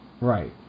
Right